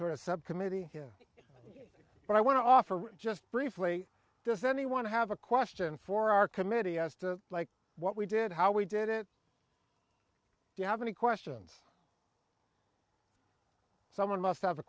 sort of subcommittee but i want to offer just briefly does anyone have a question for our committee as to like what we did how we did it do you have any questions someone must have a